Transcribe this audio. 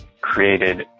created